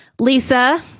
Lisa